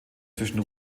zwischen